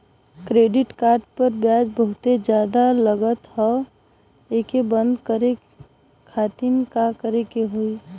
Credit card पर ब्याज बहुते ज्यादा लगत ह एके बंद करे खातिर का करे के होई?